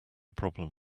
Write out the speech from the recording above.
problem